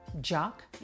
jock